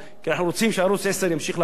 כי אנחנו רוצים שערוץ-10 ימשיך לעבוד.